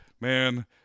man